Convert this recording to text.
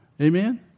Amen